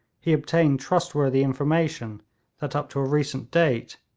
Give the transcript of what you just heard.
he obtained trustworthy information that up to a recent date,